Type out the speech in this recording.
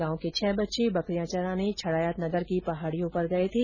गांव के छह बच्चे बकरियां चराने छड़ायतनगर की पहाडियों में गए थे